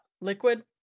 liquid